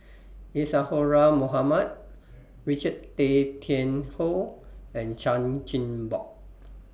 Isadhora Mohamed Richard Tay Tian Hoe and Chan Chin Bock